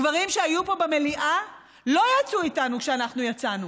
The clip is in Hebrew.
הגברים שהיו פה במליאה לא יצאו איתנו כשאנחנו יצאנו.